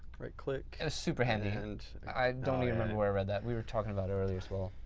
right click and super handy. and i don't even remember where i read that, we were talking about it earlier as well.